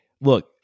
look